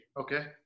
Okay